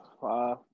Five